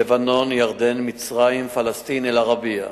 לבנון, ירדן, מצרים, פלסטין, "אל-ערבייה".